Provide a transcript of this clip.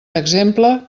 exemple